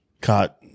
Caught